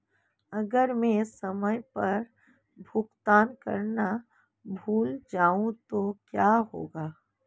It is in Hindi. अगर मैं समय पर भुगतान करना भूल जाऊं तो क्या होगा?